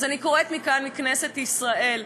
אז אני קוראת מכאן, מכנסת ישראל: